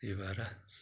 त्यो भएर